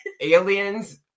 Aliens